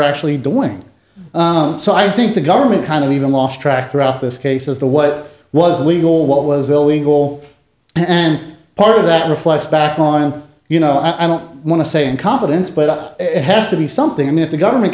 actually doing so i think the government kind of even lost track throughout this case as to what was legal what was illegal and part of that reflects back on you know i don't want to say incompetence but it has to be something and if the government